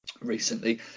recently